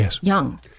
young